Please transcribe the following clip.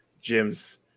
Jim's